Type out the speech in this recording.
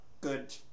good